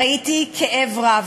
ראיתי כאב רב.